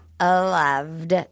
loved